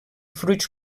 fruits